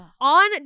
On